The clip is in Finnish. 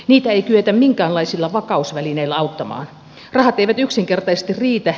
niitä ei kyetä minkäänlaisilla vakausvälineillä auttamaan rahat eivät yksinkertaisesti riitä